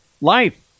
Life